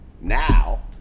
Now